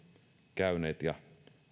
käyneet ja